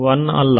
1 ಅಲ್ಲ